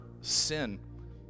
sin